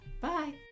Bye